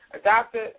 adopted